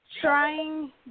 trying